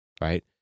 right